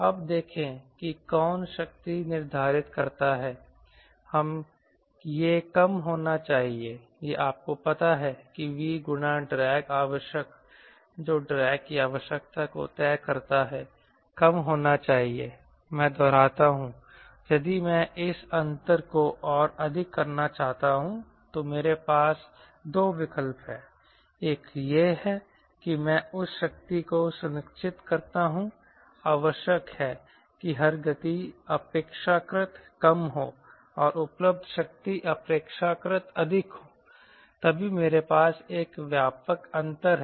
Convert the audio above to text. अब देखें कि कौन शक्ति निर्धारित करता है यह कम होना चाहिए यह आपको पता है कि V गुणा ड्रैग आवश्यक जो ड्रैग की आवश्यकता को तय करता है कम होना चाहिए मैं दोहराता हूं यदि मैं इस अंतर को और अधिक करना चाहता हूं तो मेरे पास 2 विकल्प हैं एक यह है कि मैं उस शक्ति को सुनिश्चित करता हूं आवश्यक है कि हर गति अपेक्षाकृत कम हो और उपलब्ध शक्ति अपेक्षाकृत अधिक हो तभी मेरे पास एक व्यापक अंतर है